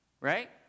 Right